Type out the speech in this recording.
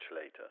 later